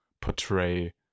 portray